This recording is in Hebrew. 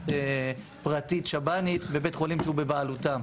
פרטית שב"נים בבית חולים שהוא בבעלותם,